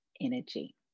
energy